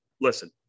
Listen